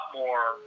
more